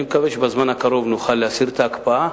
אני מקווה שבזמן הקרוב נוכל להסיר את ההקפאה.